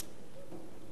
במצב כזה,